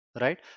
right